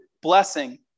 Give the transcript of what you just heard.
blessing